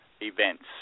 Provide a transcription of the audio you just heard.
events